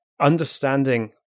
understanding